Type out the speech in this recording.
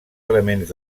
elements